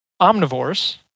omnivores